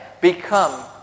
become